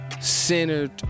Centered